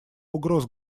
угроз